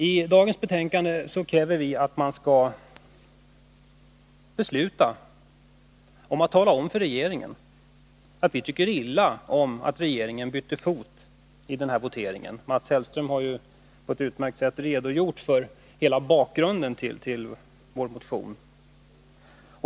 I dagens betänkande kräver vi att riksdagen skall besluta att tala om för regeringen att vi tycker illa om att den bytte fot i omröstningen i FN om ockupationen av Östra Timor. Mats Hellström har på ett utmärkt sätt redogjort för hela bakgrunden till vår motion.